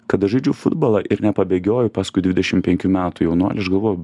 kada žaidžiu futbolą ir nepabėgioju paskui dvidešim penkių metų jaunuolį aš gavau